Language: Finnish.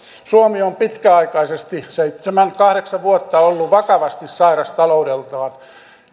suomi on pitkäaikaisesti seitsemän kahdeksan vuotta ollut vakavasti sairas taloudeltaan